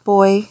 Boy